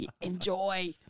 enjoy